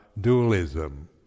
dualism